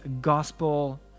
gospel